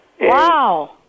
Wow